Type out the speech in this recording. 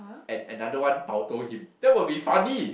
and another one bao toh him that would be funny